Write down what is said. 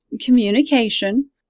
communication